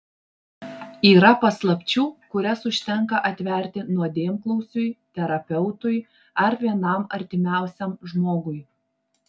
yra paslapčių kurias užtenka atverti nuodėmklausiui terapeutui ar vienam artimiausiam žmogui